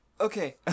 Okay